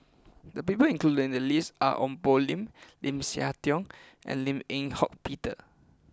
the people included in the list are Ong Poh Lim Lim Siah Tong and Lim Eng Hock Peter